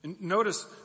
Notice